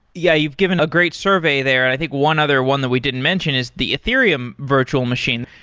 yeah. you've given a great survey there, and i think one other one that we didn't mention is the ethereum virtual machine.